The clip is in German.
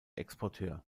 exporteur